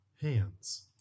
Hands